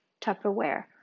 Tupperware